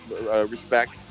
respect